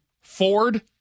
Ford